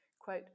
Quote